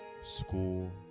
school